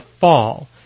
fall